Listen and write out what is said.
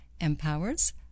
empowers